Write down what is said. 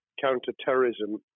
counter-terrorism